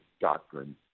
doctrine